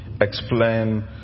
explain